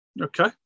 okay